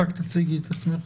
רק תציגי את עצמך.